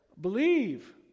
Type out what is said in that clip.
Believe